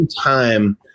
time